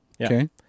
Okay